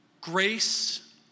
grace